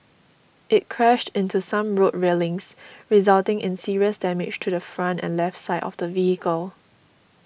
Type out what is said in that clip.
it crashed into some road railings resulting in serious damage to the front and left side of the vehicle